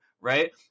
right